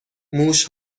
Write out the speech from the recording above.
موش